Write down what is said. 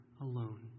alone